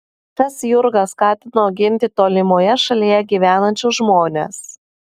kas jurgą skatino ginti tolimoje šalyje gyvenančius žmones